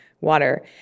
water